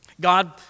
God